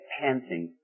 panting